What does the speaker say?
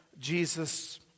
Jesus